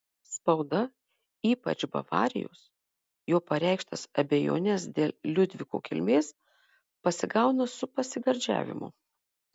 spauda ypač bavarijos jo pareikštas abejones dėl liudviko kilmės pasigauna su pasigardžiavimu